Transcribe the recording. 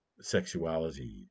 sexuality